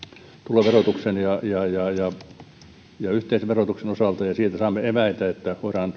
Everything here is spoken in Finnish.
tuloverotuksen ja yhteisöverotuksen osalta ja siitä saamme eväitä että voidaan